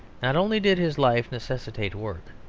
not only did his life necessitate work,